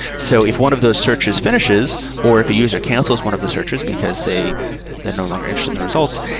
so if one of the searches finishes or if a user cancels one of the searchers, because they they are no longer interested in results,